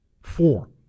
Four